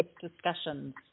discussions